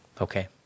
Okay